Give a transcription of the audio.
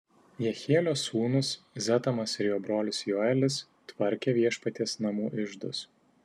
jehielio sūnūs zetamas ir jo brolis joelis tvarkė viešpaties namų iždus